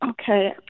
Okay